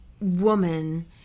woman